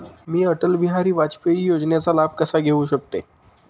मी अटल बिहारी वाजपेयी योजनेचा लाभ कसा घेऊ शकते?